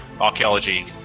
archaeology